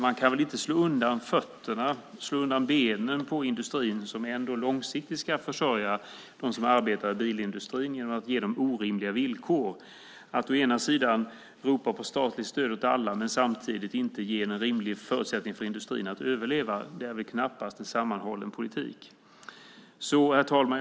Man kan väl inte slå undan fötterna och benen på industrin, som ändå långsiktigt ska försörja dem som arbetar inom bilindustrin genom att ge dem orimliga villkor, nämligen att å ena sidan ropa på statligt stöd åt alla och samtidigt å andra sidan inte ge några rimliga förutsättningar för industrin att överleva. Det är knappast en sammanhållen politik. Herr talman!